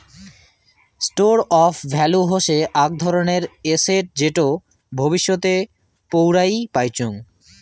store of value হসে আক ধরণের এসেট যেটো ভবিষ্যতে পৌরাই পাইচুঙ